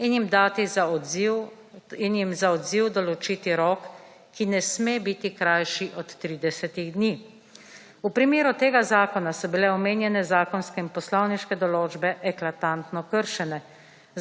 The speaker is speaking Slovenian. in jim za odziv določiti rok, ki ne sme biti krajši od 30 dni. V primeru tega zakona so bile omenjene zakonske in poslovniške določbe eklatantno kršene.